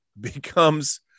becomes